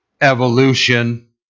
evolution